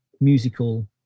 musical